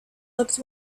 looked